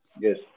Yes